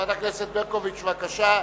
חברת הכנסת ברקוביץ, בבקשה.